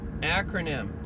acronym